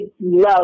love